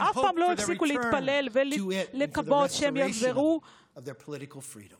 ואף פעם לא הפסיקו להתפלל ולקוות לשובם ולחידוש החופש הפוליטי.